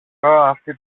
αυτή